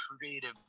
creative